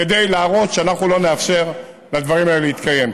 כדי להראות שאנחנו לא נאפשר לדברים האלה להתקיים.